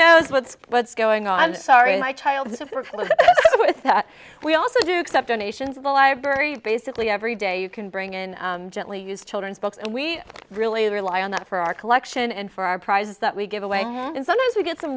knows what's going on sorry my child we also do except donations at the library basically every day you can bring in gently used children's books and we really rely on that for our collection and for our prizes that we give away and sometimes we get some